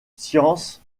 science